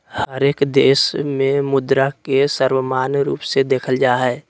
हरेक देश में मुद्रा के सर्वमान्य रूप से देखल जा हइ